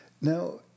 Now